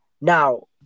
Now